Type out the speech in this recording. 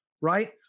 right